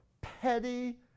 petty